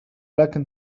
لكن